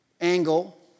angle